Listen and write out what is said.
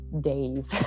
days